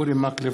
אורי מקלב,